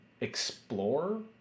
explore